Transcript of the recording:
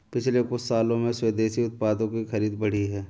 पिछले कुछ सालों में स्वदेशी उत्पादों की खरीद बढ़ी है